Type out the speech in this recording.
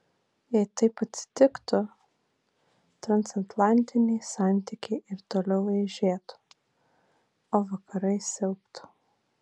jei taip atsitiktų transatlantiniai santykiai ir toliau eižėtų o vakarai silptų